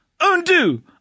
Undo